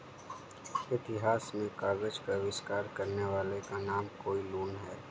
इतिहास में कागज का आविष्कार करने वाले का नाम काई लुन है